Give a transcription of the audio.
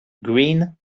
green